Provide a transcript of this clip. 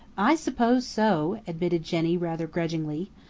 i suppose so, admitted jenny rather grudgingly.